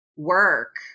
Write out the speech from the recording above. work